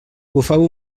bufava